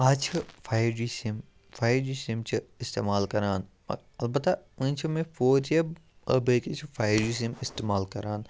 آز چھِ five G SIM five G SIM چھِ استعمال کَران البتہ ونۍ چھِ مےٚ فور جی یا بٲکی چھِ فایو جی سِم استعمال کَران